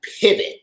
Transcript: pivot